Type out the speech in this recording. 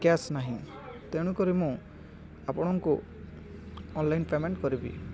cash ନାହିଁ ତେଣୁକରି ମୁଁ ଆପଣଙ୍କୁ ଅନଲାଇନ୍ ପେମେଣ୍ଟ କରିବି